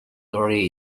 thirty